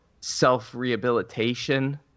self-rehabilitation